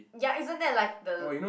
ya isn't that like the